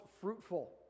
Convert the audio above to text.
fruitful